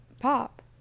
pop